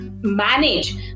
manage